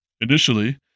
Initially